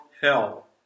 hell